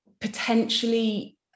potentially